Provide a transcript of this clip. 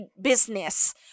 business